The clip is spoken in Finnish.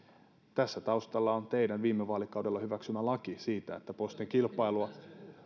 tässä taustalla on teidän viime vaalikaudella hyväksymänne laki siitä että postin kilpailua